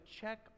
check